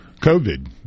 COVID